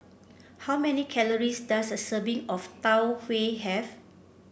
how many calories does a serving of Tau Huay have